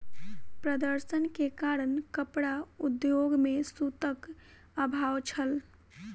प्रदर्शन के कारण कपड़ा उद्योग में सूतक अभाव छल